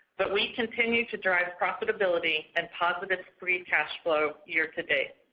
but we continue to drive profitability and positive free cash flow year-to-date.